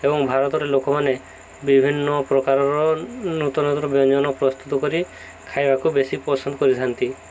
ଏବଂ ଭାରତରେ ଲୋକମାନେ ବିଭିନ୍ନ ପ୍ରକାରର ନୂତନୂତନ ବ୍ୟଞ୍ଜନ ପ୍ରସ୍ତୁତ କରି ଖାଇବାକୁ ବେଶୀ ପସନ୍ଦ କରିଥାନ୍ତି